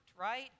right